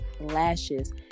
lashes